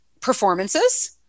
performances